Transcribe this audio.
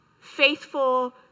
faithful